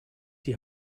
die